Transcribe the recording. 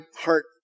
heart